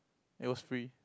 it was free